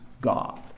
God